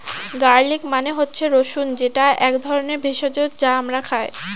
garlic মানে হচ্ছে রসুন যেটা এক ধরনের ভেষজ যা আমরা খাই